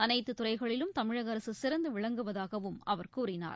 அனைத்துத் துறைகளிலும் தமிழகஅரசுசிறந்துவிளங்குவதாகவும் அவர் கூறினார்